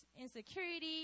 insecurity